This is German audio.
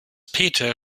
peter